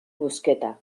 busqueta